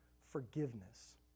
forgiveness